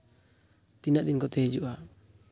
ᱛᱤᱱᱟᱹᱜ ᱫᱤᱱ ᱠᱚᱛᱮ ᱦᱤᱡᱩᱜᱼᱟ